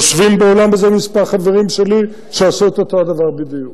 יושבים באולם הזה כמה חברים שלי שעשו את אותו הדבר בדיוק,